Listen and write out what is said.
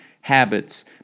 habits